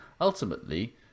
Ultimately